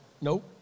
Nope